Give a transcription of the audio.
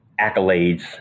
accolades